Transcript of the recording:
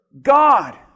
God